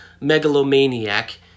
megalomaniac